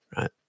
right